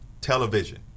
television